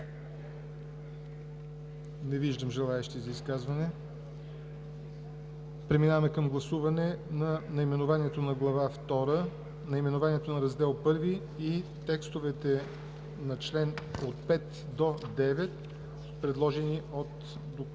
Не виждам желаещи. Преминаваме към гласуване на наименованието на Глава втора, наименованието на Раздел I и текстовете на членове от 5 до 9, предложени от Комисията.